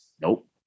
Nope